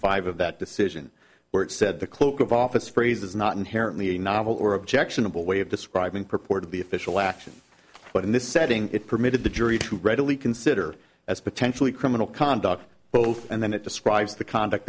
five of that decision where it said the cloak of office phrase is not inherently a novel or objectionable way of describing purport of the official action but in this setting it permitted the jury to readily consider as potentially criminal conduct both and then it describes the con